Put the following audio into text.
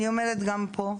אני אומרת גם פה.